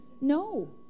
No